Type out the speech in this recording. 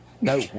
No